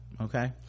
okay